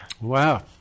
Wow